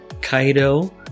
Kaido